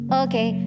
okay